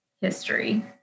history